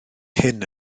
hyn